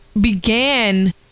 began